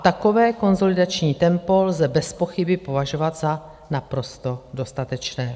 Takové konsolidační tempo lze bezpochyby považovat za naprosto dostatečné.